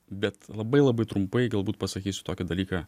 bet labai labai trumpai galbūt pasakysiu tokį dalyką